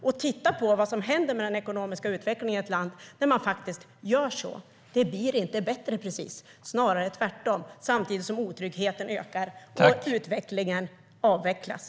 Och titta på vad som händer med den ekonomiska utvecklingen i ett land där man faktiskt gör så! Det blir inte precis bättre utan snarare tvärtom, samtidigt som otryggheten ökar och utvecklingen avvecklas.